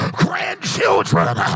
grandchildren